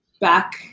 back